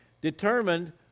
determined